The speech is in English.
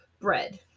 bread